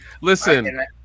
Listen